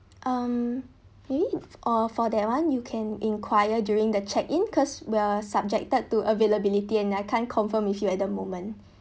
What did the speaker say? um eh or for that one you can inquire during the check in cause we are subjected to availability and I can't confirm with you at the moment